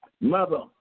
mother